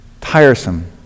tiresome